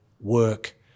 work